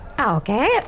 Okay